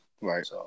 Right